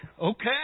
okay